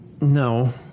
No